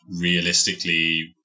realistically